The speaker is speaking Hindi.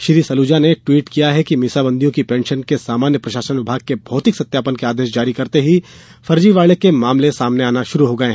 श्री सलूजा ने ट्वीट किया है कि मीसाबंदियो की पेंशन के सामान्य प्रशासन विभाग के भौतिक सत्यापन के आदेश जारी करते ही फ़र्ज़ीवाडे के मामले सामने आना शुरू हो गये